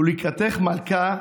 // ולקראתך מלכה,